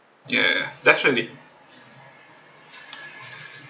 ya definitely